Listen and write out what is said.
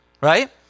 right